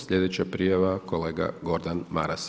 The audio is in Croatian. Sljedeća prijava kolega Gordan Maras.